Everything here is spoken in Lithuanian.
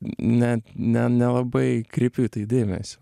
net ne nelabai kreipiu į tai dėmesio